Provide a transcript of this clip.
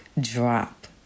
drop